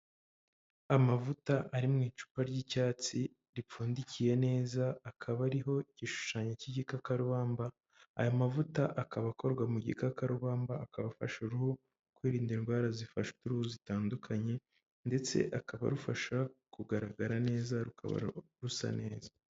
Amavuta ari mu icupa ry'icyatsi ripfundikiye neza akaba ariho igishushanyo cy'igikakarubamba, ayo mavuta akaba akorwa mu gikakarubamba akaba afasha uruhu kwirinda indwara zifata uruhu zitandukanye, ndetse akaba arufasha kugaragara neza rukaba rusa neza.